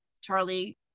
Charlie